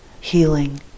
healing